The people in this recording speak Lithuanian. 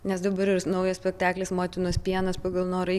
nes dabar ir naujas spektaklis motinos pienas pagal norą